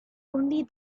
only